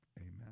Amen